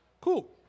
Cool